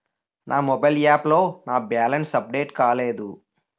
నా mobile app లో నా బ్యాలెన్స్ అప్డేట్ కాలేదు